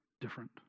different